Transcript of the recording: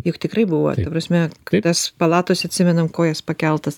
juk tikrai buvo prasme tas palatose atsimenam kojas pakeltas